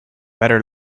better